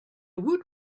woot